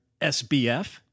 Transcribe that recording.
SBF